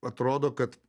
atrodo kad